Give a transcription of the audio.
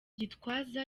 gitwaza